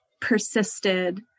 persisted